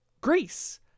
Greece